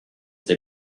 they